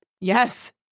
Yes